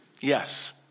yes